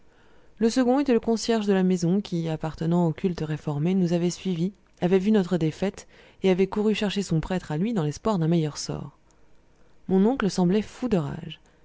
le second était le concierge de la maison qui appartenant au culte réformé nous avait suivis avait vu notre défaite et avait couru chercher son prêtre à lui dans l'espoir d'un meilleur sort mon oncle semblait fou de rage